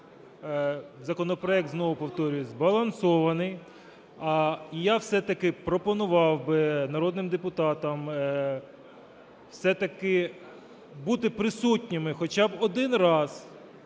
Законопроект, знову повторюю, збалансований. А я все-таки пропонував би народним депутатам все-таки бути присутніми хоча б один раз